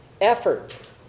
Effort